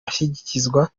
ashyikirizwa